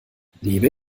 lebe